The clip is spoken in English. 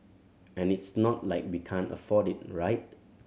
and it's not like we can't afford it right